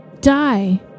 Die